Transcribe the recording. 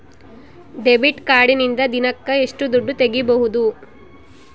Debit ಕಾರ್ಡಿನಿಂದ ದಿನಕ್ಕ ಎಷ್ಟು ದುಡ್ಡು ತಗಿಬಹುದು?